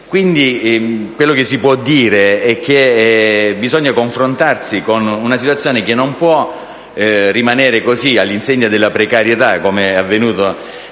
Quindi quello che si può dire è che bisogna confrontarsi con una situazione che non può rimanere all'insegna della precarietà, come avvenuto